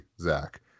Zach